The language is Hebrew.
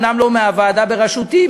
אומנם לא מהוועדה בראשותי,